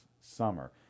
summer